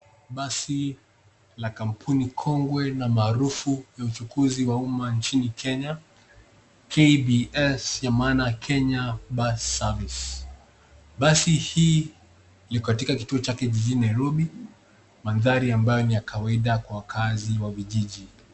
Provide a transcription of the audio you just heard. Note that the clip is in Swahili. Basi la kampuni kongwe na maarufu ya uchukuzi wa umma nchini Kenya, KBS ya maana Kenya Bus Service . Basi hii liko katika kituo chake jijini Nairobi, mandhari ambayo ni kawaida kwa wakaazi wa vijiji.